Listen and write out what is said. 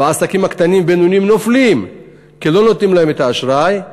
והעסקים הקטנים והבינוניים נופלים כי לא נותנים להם את האשראי,